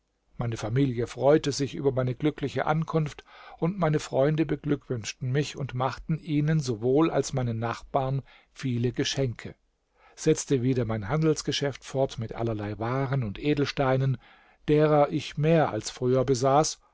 meine familie freute sich über meine glückliche ankunft und meine freunde beglückwünschten mich und ich machte ihnen sowohl als meinen nachbarn viele geschenke setzte wieder mein handelsgeschäft fort mit allerlei waren und edelsteinen derer ich mehr als früher besaß